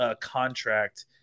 contract